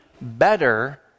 better